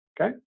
Okay